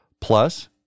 Plus